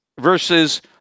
versus